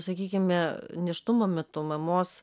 sakykime nėštumo metu mamos